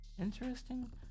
interesting